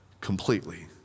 completely